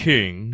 King